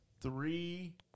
three